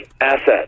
asset